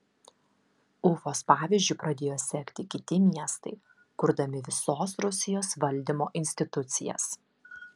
ufos pavyzdžiu pradėjo sekti kiti miestai kurdami visos rusijos valdymo institucijas